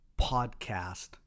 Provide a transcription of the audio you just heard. podcast